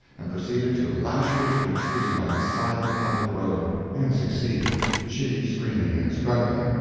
and proceeded to lash her to a tree by the side of the public road and succeeded, she screaming and struggling.